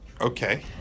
Okay